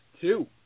Two